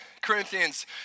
Corinthians